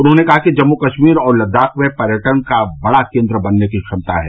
उन्होंने कहा कि जम्मू कश्मीर और लद्दाख में पर्यटन का बड़ा केन्द्र बनने की क्षमता है